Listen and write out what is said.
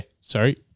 sorry